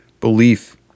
belief